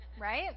right